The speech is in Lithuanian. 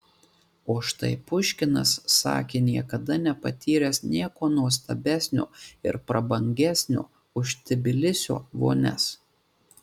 o štai puškinas sakė niekada nepatyręs nieko nuostabesnio ir prabangesnio už tbilisio vonias